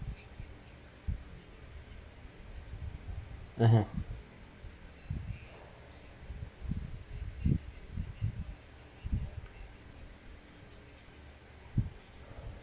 (uh huh)